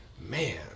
man